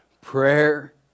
prayer